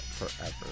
Forever